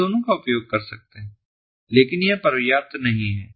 हम दोनों का उपयोग कर सकते हैं लेकिन यह पर्याप्त नहीं है